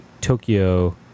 Tokyo